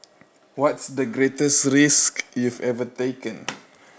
what's the greatest risk you've ever taken